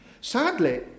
Sadly